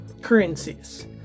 currencies